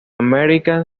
american